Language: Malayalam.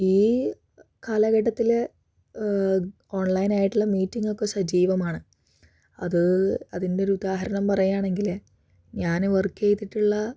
ഈ കാലഘട്ടത്തിൽ ഓൺലൈൻ ആയിട്ടുള്ള മീറ്റിങ്ങൊക്കെ സജീവമാണ് അത് അതിന്റൊരു ഉദാഹരണം പറയുകയാണെങ്കിൽ ഞാൻ വർക്ക് ചെയ്തിട്ടുള്ള